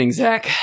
zach